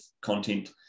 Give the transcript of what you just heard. content